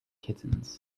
kittens